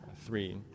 three